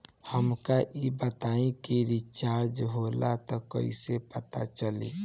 हमका ई बताई कि रिचार्ज होला त कईसे पता चली?